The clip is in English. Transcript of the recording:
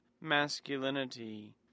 masculinity